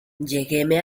lleguéme